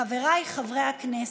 חבריי חברי הכנסת,